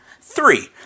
Three